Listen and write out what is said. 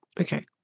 Okay